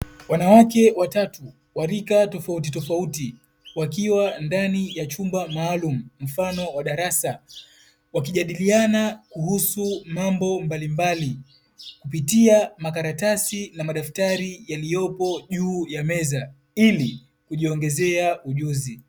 Wanawake watatu wa rika tofauti tofauti wakiwa ndani ya chumba maalumu mfano wa darasa, wakijadiliana kuhusu mambo mbalimbali kupitia makaratasi na madaftari yaliyopo juu ya meza ili kujiongezea ujuzi.